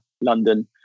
London